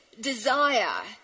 desire